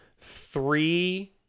three